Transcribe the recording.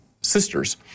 sisters